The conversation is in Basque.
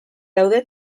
daude